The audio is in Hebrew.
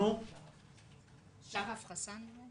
ד"ר שרף חסאן?